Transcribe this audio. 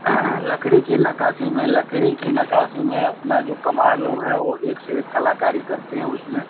लकड़ी की नक़्क़ाशी में लकड़ी की नक़्क़ाशी में अपने जो कुम्हार लोग हैं वो एक से एक कलाकारी करते हैं उसमें